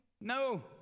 No